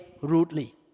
rudely